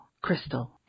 Crystal